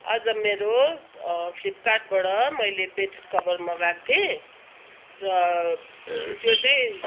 आज मेरो फ्लिपकार्टबाट मैले बेड कभर मगाएको थिएँ र त्यो चाहिँ